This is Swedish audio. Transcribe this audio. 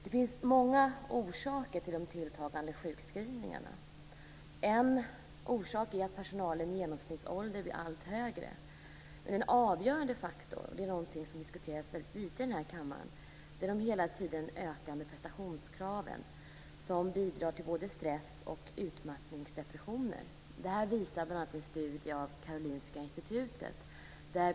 Det finns många orsaker till de tilltagande sjukskrivningarna. En orsak är att personalens genomsnittsålder blir allt högre. Men den avgörande faktorn är någonting som diskuteras väldigt lite i den här kammaren. Det är de hela tiden ökande prestationskraven, som bidrar till både stress och utmattningsdepressioner. Det visar bl.a. en studie av Karolinska Institutet.